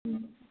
ꯎꯝ